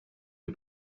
lui